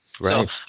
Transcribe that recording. right